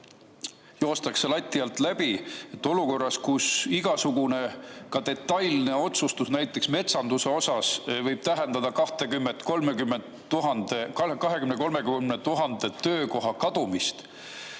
Joostakse lati alt läbi. Olukorras, kus igasugune detailne otsus, näiteks metsanduses, võib tähendada 20 000 – 30 000 töökoha kadumist,